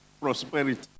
Prosperity